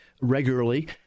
regularly